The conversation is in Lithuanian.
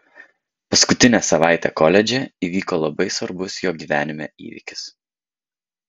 paskutinę savaitę koledže įvyko labai svarbus jo gyvenime įvykis